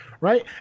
Right